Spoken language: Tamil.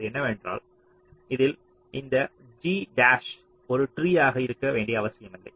அது என்னவென்றால் இதில் இந்த ஜி டாஷ் ஒரு ட்ரீஆக இருக்க வேண்டிய அவசியமில்லை